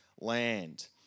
land